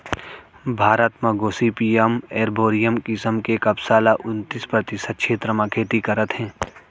भारत म Gossypium arboreum किसम के कपसा ल उन्तीस परतिसत छेत्र म खेती करत हें